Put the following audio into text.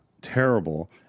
Terrible